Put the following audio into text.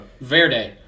Verde